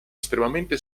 estremamente